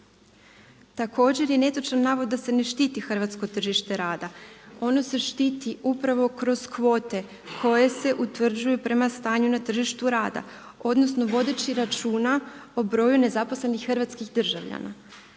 Također je netočan navod da se ne štiti hrvatsko tržište rada, ono se štiti upravo kroz kvote koje se utvrđuju prema stanju na tržištu rada, odnosno vodeći računa o broju nezaposlenih hrvatskih državljana